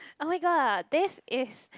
oh-my-god this is